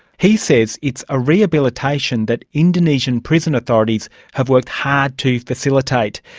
he says it's a rehabilitation that indonesian prison authorities have worked hard to facilitate.